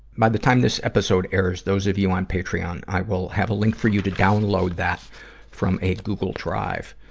by the time this episode airs, those of you on patreon, i will have a link for you to download that from a google drive.